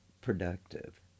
productive